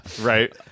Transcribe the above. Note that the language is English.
right